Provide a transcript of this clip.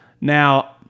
Now